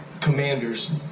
commanders